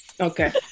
Okay